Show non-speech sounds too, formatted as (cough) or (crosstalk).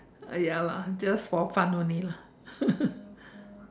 ya lah just for fun only lah (laughs)